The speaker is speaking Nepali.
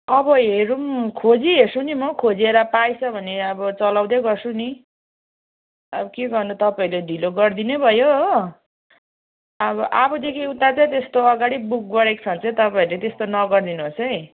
अब हेरौँ खोजि हेर्छु नि म खोजेर पाएछ भने अब चलाउँदै गर्छु नि अब के गर्नु तपाईँहरूले ढिलो गरिदिनुभयो हो अब अबदेखि उता चाहिँ त्यस्तो अगाडि बुक गरेको छ भने चाहिँ तपाईँहरूले त्यस्तो नगरिदिनुहोस् है